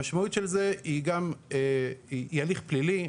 המשמעות של זה היא הליך פלילי,